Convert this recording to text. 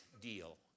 deal